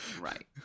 Right